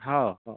हां हो